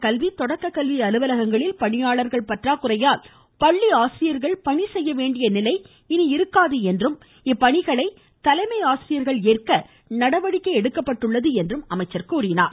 கல்வி தொடக்க கல்வி அலுவலகங்களில் பணியாளர்கள் மாவட்ட பற்றாக்குறையால் பள்ளி ஆசிரியர்கள் பணி செய்ய வேண்டிய நிலை இனி இருக்காது என்றும் இப்பணிகளை தலைமை ஆசிரியர்கள் ஏற்க நடவடிக்கை எடுக்கப்பட்டுள்ளது என்றும் அமைச்சர் கூறினார்